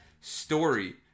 story